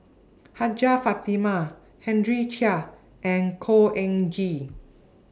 Hajjah Fatimah Henry Chia and Khor Ean Ghee